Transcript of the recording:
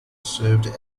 served